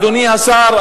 אדוני השר,